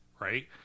right